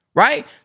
Right